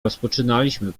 rozpoczynaliśmy